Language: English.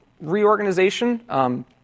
reorganization